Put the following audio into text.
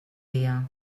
dia